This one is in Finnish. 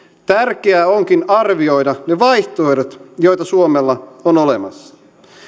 tärkeää onkin arvioida ne vaihtoehdot joita suomella on olemassa